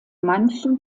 manchen